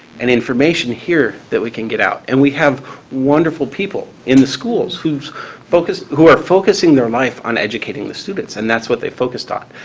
and information here that we can get out. and we have wonderful people in the schools who's focus who are focusing their life on educating the students, and that's what they focused on,